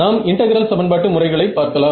நாம் இன்டெகிரல் சமன்பாட்டு முறைகளை பார்க்கலாம்